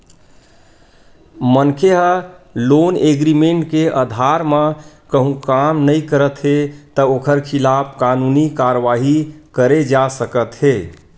मनखे ह loan agreement के अधार म कहूँ काम नइ करत हे त ओखर खिलाफ कानूनी कारवाही करे जा सकत हे